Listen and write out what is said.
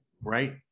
right